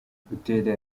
butera